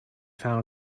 found